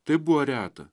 tai buvo reta